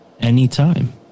anytime